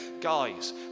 Guys